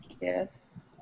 Yes